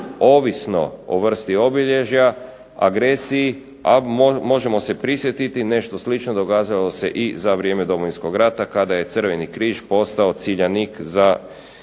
ovisno o vrsti obilježja agresiji. A možemo se prisjetiti nešto slično događalo se i za vrijeme Domovinskog rata kada je Crveni križ postao ciljanik za